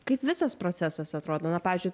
kaip visas procesas atrodo na pavyzdžiui